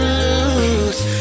lose